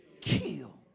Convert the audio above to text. kill